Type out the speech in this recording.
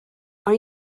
are